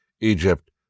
Egypt